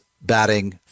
batting